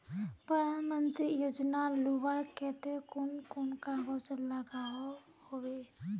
प्रधानमंत्री योजना लुबार केते कुन कुन कागज लागोहो होबे?